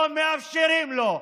לא מאפשרים לו.